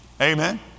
Amen